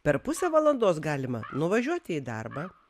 per pusę valandos galima nuvažiuoti į darbą